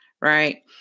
Right